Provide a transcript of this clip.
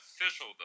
official